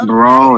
Bro